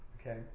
Okay